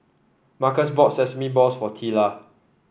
Marcus bought Sesame Balls for Teela